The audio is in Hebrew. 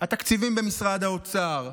התקציבים במשרד האוצר?